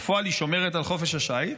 בפועל היא שומרת על חופש השיט,